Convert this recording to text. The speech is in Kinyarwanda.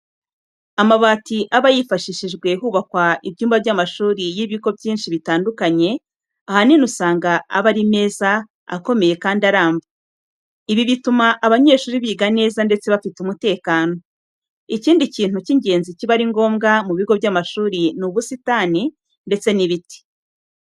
Amabati aba yarifashishijwe hubakwa ibyumba by'amashuri y'ibigo byinshi bitandukanye, ahanini usanga aba ari meza, akomeye kandi aramba. Ibi bituma abanyeshuri biga neza ndetse bafite umutekano. Ikindi kintu cy'ingenzi kiba ari ngombwa mu bigo by'amashuri ni ubusitani ndetse n'ibiti.